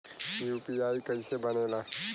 UPI कईसे बनेला?